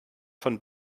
von